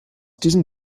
diesem